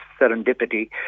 serendipity